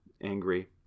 angry